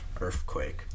earthquake